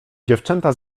dziewczęta